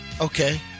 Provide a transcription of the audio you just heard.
Okay